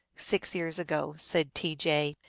six years ago, said t. j,